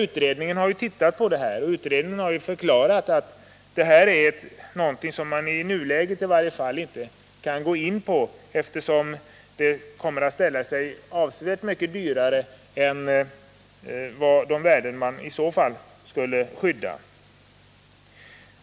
Utredningen har ju sett på denna fråga och förklarat att detta är någonting som man i varje fall inte i nuläget kan gå in på, eftersom det kommer att ställa sig avsevärt dyrare än de värden man i detta fall skulle skydda.